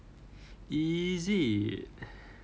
is it